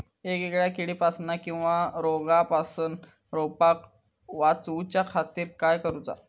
वेगवेगल्या किडीपासून किवा रोगापासून रोपाक वाचउच्या खातीर काय करूचा?